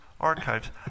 archives